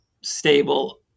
stable